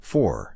Four